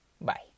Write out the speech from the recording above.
Bye